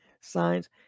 signs